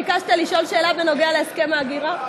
ביקשת לשאול שאלה בנוגע להסכם ההגירה?